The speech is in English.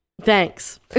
thanks